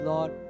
Lord